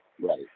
Right